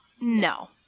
No